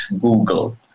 Google